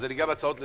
זה לא קורה